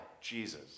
Jesus